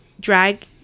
drag